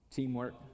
Teamwork